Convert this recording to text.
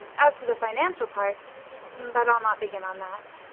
as to the financial part but i'll not begin on that.